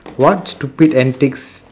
what stupid antics